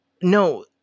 No